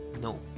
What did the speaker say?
No